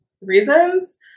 reasons